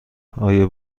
آیا